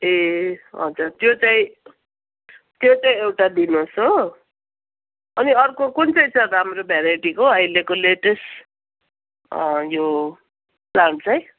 ए हजुर त्यो चाहिँ त्यो चाहिँ एउटा दिनुहोस् हो अनि अर्को कुन चाहिँ छ राम्रो भेराइटीको अहिलेको लेटेस्ट यो प्लान्ट चाहिँ